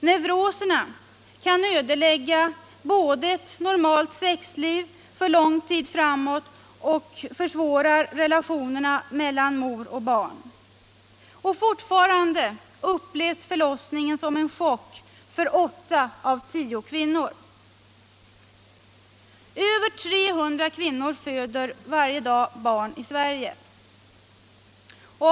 Neuroserna kan både ödelägga ett normalt sexliv för lång tid framåt och försvåra relationerna mellan mor och barn. Och fortfarande upplever åtta av tio kvinnor förlossningen som en chock. Över 300 kvinnor föder varje dag barn i Sverige.